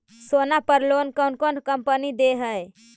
सोना पर लोन कौन कौन कंपनी दे है?